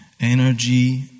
Energy